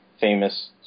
famous